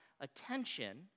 attention